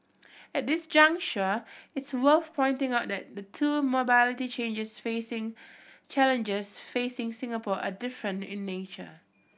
at this juncture it's worth pointing out that the two mobility changes facing challenges facing Singapore are different in nature